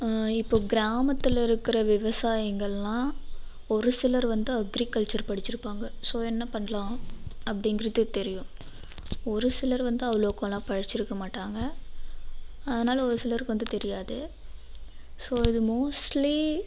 இப்போது கிராமத்தில் இருக்கிற விவசாயிங்களெலாம் ஒரு சிலர் வந்து அக்ரிகல்ச்சர் படிச்சிருப்பாங்க ஸோ என்ன பண்ணலாம் அப்படிங்குறது தெரியும் ஒரு சிலர் வந்து அவ்வளோக்கலாம் படிச்சுருக்க மாட்டாங்க அதனால ஒரு சிலருக்கு வந்து தெரியாது ஸோ இது மோஸ்ட்லீ